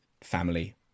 family